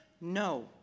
No